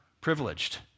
privileged